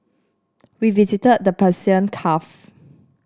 we visited the Persian Gulf